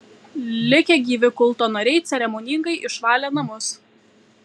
likę gyvi kulto nariai ceremoningai išvalė namus